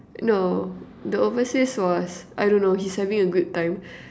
no the overseas was I don't know he's having a good time